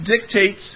dictates